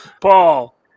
Paul